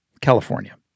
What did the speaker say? california